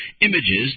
images